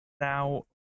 Now